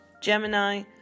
Gemini